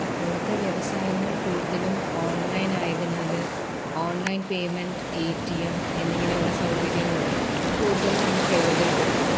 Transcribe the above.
ഇപ്പോഴത്തെ വ്യവസായങ്ങൾ കൂടുതലും ഓൺലൈൻ ആയതിനാൽ online payment A T M എന്നിങ്ങനെയുള്ള സൗകര്യങ്ങൾ കൂടുതൽ നമ്മൾ പ്രയോജനപ്പെടുത്തുന്നു